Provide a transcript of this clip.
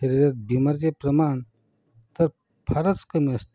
शरीरात बिमारीचे प्रमाण तर फारच कमी असते